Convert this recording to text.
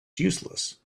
useless